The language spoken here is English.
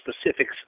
specifics